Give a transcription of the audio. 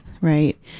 right